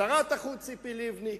שרת החוץ ציפי לבני,